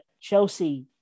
Chelsea